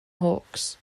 hawks